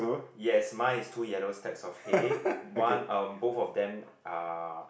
yes mine is two yellow stacks of hay one um both of them are